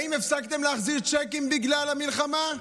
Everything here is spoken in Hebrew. האם הפסקתם להחזיר צ'קים בגלל המלחמה?